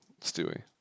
Stewie